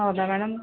ಹೌದಾ ಮೇಡಮ್